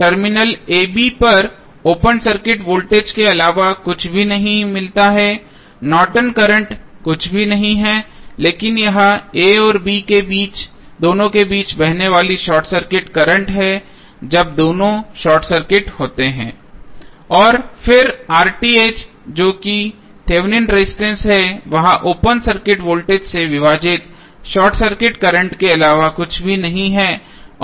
terminal a b पर open circuited voltage के अलावा कुछ भी नहीं मिलता है नॉर्टन करंट Nortons current कुछ भी नहीं है लेकिन यह a और b दोनों के बीच बहने वाली शॉर्ट सर्किट करंट है जब दोनों शॉर्ट सर्किटेड होते हैं और फिर जो कि थेवेनिन रेजिस्टेंस है वह ओपन सर्किटेड वोल्टेज से विभाजित शॉर्ट सर्किट करंट के अलावा कुछ भी नहीं है